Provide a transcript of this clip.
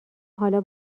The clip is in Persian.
حالا